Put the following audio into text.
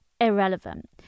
irrelevant